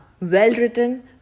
well-written